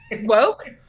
Woke